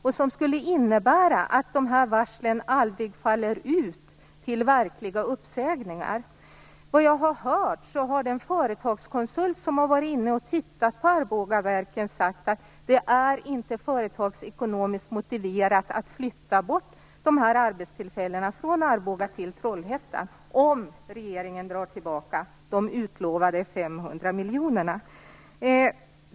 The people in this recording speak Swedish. Det skulle innebära att de här varslen aldrig faller ut till verkliga uppsägningar. Vad jag har hört, har den företagskonsult som tittat på Arbogaverken sagt att det inte är företagsekonomiskt motiverat att flytta arbetstillfällen från Arboga till Trollhättan om regeringen drar tillbaka de utlovade 500 miljonerna.